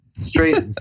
Straight